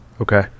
okay